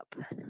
up